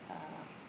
uh